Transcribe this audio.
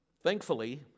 Thankfully